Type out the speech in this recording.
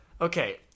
okay